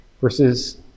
versus